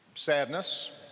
sadness